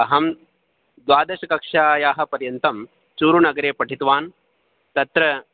अहं द्वादशकक्ष्यायाः पर्यन्तं चूरुनगरे पठितवान् तत्र